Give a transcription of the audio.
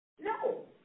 No